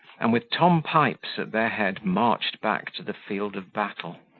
and, with tom pipes at their head, marched back to the field of battle.